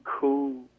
cool